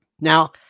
Now